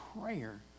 prayer